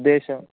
ഉദ്ദേശം